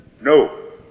No